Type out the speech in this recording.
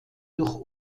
durch